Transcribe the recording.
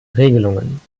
regelungen